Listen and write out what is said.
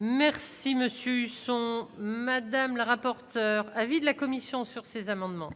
Merci monsieur Huchon Madame la rapporteure, avis de la commission sur ces amendements.